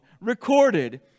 recorded